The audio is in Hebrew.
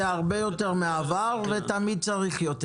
זה הרבה יותר מן העבר, ותמיד צריך יותר.